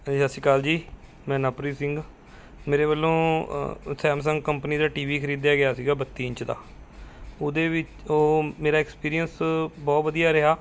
ਹਾਂਜੀ ਸਤਿ ਸ਼੍ਰੀ ਅਕਾਲ ਜੀ ਮੈਂ ਨਵਪ੍ਰੀਤ ਸਿੰਘ ਮੇਰੇ ਵੱਲੋਂ ਸੈਮਸੰਗ ਕੰਪਨੀ ਦਾ ਟੀ ਵੀ ਖਰੀਦਿਆ ਗਿਆ ਸੀਗਾ ਬੱਤੀ ਇੰਚ ਦਾ ਉਹਦੇ ਵਿੱਚ ਉਹ ਮੇਰਾ ਐਕਪਰੀਅੰਸ ਬਹੁਤ ਵਧੀਆ ਰਿਹਾ